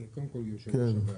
קודם כל יושב ראש הוועדה,